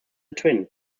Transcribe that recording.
twin